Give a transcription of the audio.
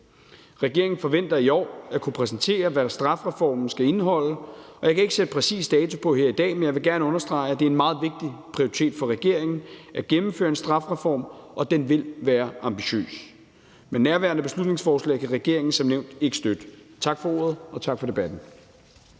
Regeringen forventer i år at kunne præsentere, hvad strafreformen skal indeholde. Jeg kan ikke sætte en præcis dato på her i dag, men jeg vil gerne understrege, at det er en meget vigtig prioritet for regeringen at gennemføre en strafreform, og den vil være ambitiøs. Men nærværende beslutningsforslag kan regeringen som nævnt ikke støtte. Tak for ordet, og tak for debatten.